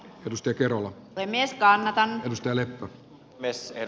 pystyykö mies kannetaan seler messner